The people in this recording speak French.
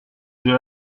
j’ai